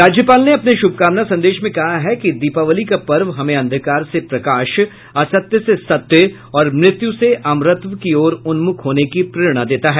राज्यपाल ने अपने शुभकामना संदेश में कहा है कि दीपावली का पर्व हमें अंधकार से प्रकाश असत्य से सत्य और मृत्यु से अमरत्व की ओर उन्मुख होने की प्रेरणा देता है